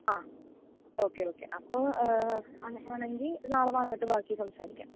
ആ okay okay അപ്പോൾ അങ്ങനെയാണെങ്കിൽ നാളെ വന്നിട്ട് ബാക്കി സംസാരിക്കാം